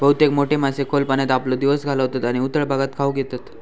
बहुतेक मोठे मासे खोल पाण्यात आपलो दिवस घालवतत आणि उथळ भागात खाऊक येतत